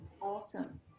Awesome